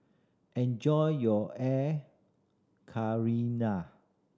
enjoy your air